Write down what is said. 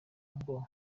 ngo